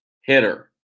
hitter